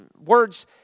Words